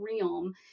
realm